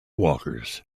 walkers